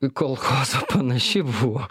į kolchozą panaši buvo